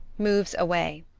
moves away.